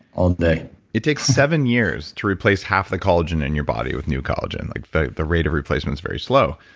all day it takes seven years to replace half the collagen in your body with new collagen like the the rate of replacement is very slow.